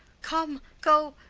come, go,